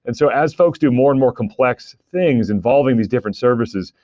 and so as folks do more and more complex things involving these different services,